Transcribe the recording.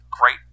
Great